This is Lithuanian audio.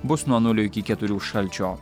bus nuo nulio iki keturių šalčio